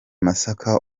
masaka